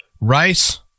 rice